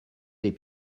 les